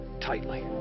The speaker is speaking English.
tightly